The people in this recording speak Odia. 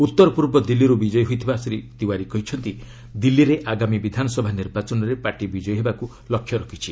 ଉତ୍ତର ପୂର୍ବ ଦିଲ୍ଲୀରୁ ବିଜୟ ହୋଇଥିବା ଶ୍ରୀ ତିୱାରୀ କହିଛନ୍ତି ଦିଲ୍ଲୀରେ ଆଗାମୀ ବିଧାନସଭା ନିର୍ବାଚନରେ ପାର୍ଟି ବିଜୟୀ ହେବାକୁ ଲକ୍ଷ୍ୟ ରଖିଛି